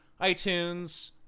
iTunes